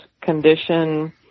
condition